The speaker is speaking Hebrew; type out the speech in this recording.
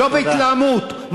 לא בהתלהמות.